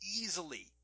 easily